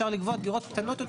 מלכתחילה דיברתם על דירות גדולות?